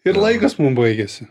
ir laikas baigiėsi